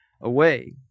away